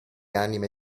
anime